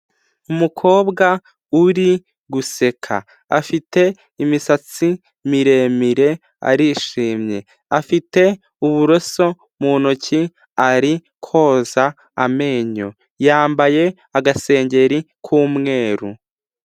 Umukobwa uri guseka, afite imisatsi miremire arishimye, afite uburoso mu ntoki ari koza amenyo, yambaye agasengeri k'umweru.